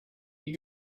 you